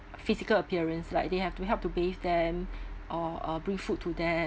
physical appearance like they have to help to bathe them or uh bring food to them